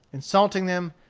insulting them,